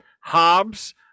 Hobbes